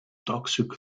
toxic